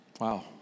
Wow